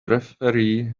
referee